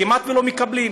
כמעט לא מקבלים,